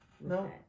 no